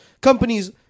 companies